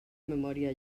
memòria